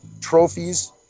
trophies